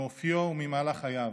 מאופיו וממהלך חייו.